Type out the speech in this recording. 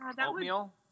Oatmeal